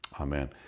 amen